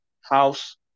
house